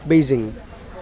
Beijing